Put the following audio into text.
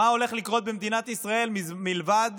מה הולך לקרות במדינת ישראל מלבד